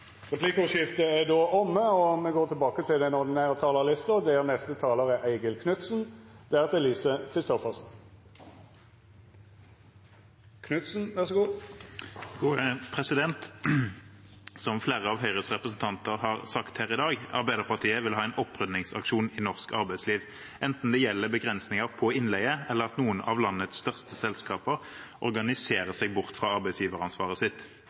Replikkordskiftet er omme. Dei talarane som heretter får ordet, har også ei taletid på inntil 3 minutt. Som flere av Høyres representanter har sagt her i dag: Arbeiderpartiet vil ha en opprydningsaksjon i norsk arbeidsliv, enten det gjelder begrensninger av innleie, eller at noen av landets største selskaper organiserer seg bort fra arbeidsgiveransvaret sitt.